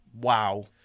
wow